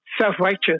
self-righteous